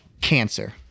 cancer